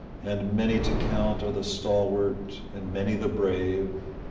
and many to count are the stalwart, and many the brave,